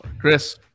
Chris